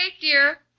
dear